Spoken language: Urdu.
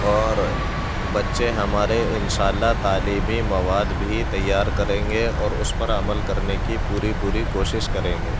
اور بچے ہمارے ان شاء اللہ تعلیمی مواد بھی تیار کریں گے اور اس پر عمل کرنے کی پوری پوری کوشش کریں گے